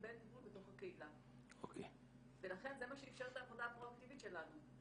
קיבל טיפול בתוך הקהילה ולכן זה מה שאפשר את העבודה הפרואקטיבית שלנו.